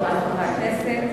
חברי חברי הכנסת,